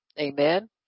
Amen